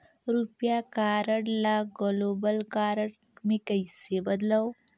रुपिया कारड ल global card मे कइसे बदलव?